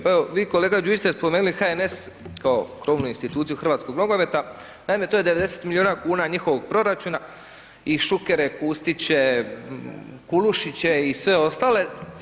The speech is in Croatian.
Pa evo vi kolega Đujić ste spomenuli HNS kao krovnu instituciju hrvatskog nogometa, naime to je 90 milijuna kuna njihovog proračuna i Šukere, Kustiće, Kulišiće i sve ostale.